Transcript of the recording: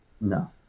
No